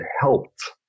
helped